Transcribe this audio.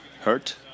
hurt